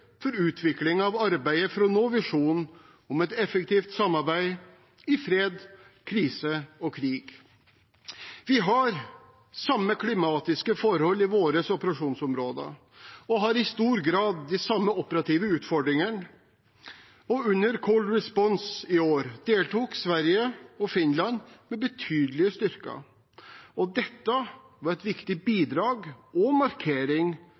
for utvikling av arbeidet for å nå visjonen om et effektivt samarbeid i fred, krise og krig. Vi har samme klimatiske forhold i våre operasjonsområder og har i stor grad de samme operative utfordringene. Under Cold Response i år deltok Sverige og Finland med betydelige styrker. Dette var et viktig bidrag og en markering